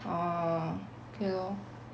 ah K lor